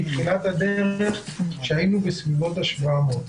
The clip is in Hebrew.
כי היינו בסביבות ה-700.